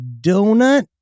donut